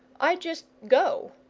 i just go.